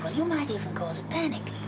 you might even cause a panic.